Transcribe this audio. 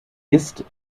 ist